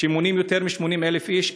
והן מונות יחד יותר מ-80,000 איש,